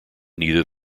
neither